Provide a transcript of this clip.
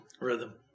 Rhythm